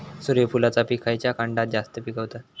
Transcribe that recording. सूर्यफूलाचा पीक खयच्या खंडात जास्त पिकवतत?